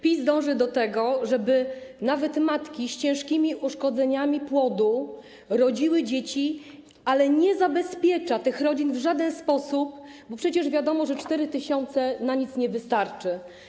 PiS dąży do tego, żeby nawet matki z ciężkimi uszkodzeniami płodu rodziły dzieci, ale nie zabezpiecza tych rodzin w żaden sposób, bo przecież wiadomo, że 4 tys. na nic nie wystarczą.